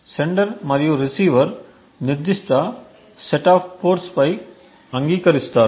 sender మరియు receiver నిర్దిష్ట set of పోర్ట్స్పై అంగీకరిస్తారు